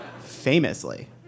Famously